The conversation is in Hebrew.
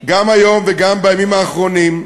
גם היום וגם בימים האחרונים,